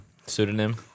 Pseudonym